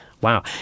Wow